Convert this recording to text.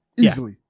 Easily